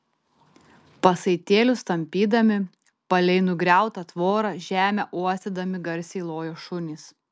pasaitėlius tampydami palei nugriautą tvorą žemę uostydami garsiai lojo šunys